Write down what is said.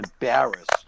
embarrassed